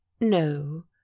No